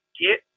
get